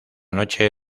noche